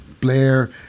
Blair